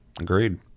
agreed